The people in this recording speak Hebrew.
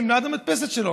ליד המדפסת שלו.